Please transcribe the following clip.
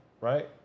right